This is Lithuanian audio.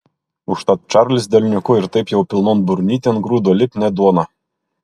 užtat čarlis delniuku ir taip jau pilnon burnytėn grūdo lipnią duoną